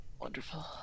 Wonderful